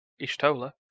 Ishtola